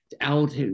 out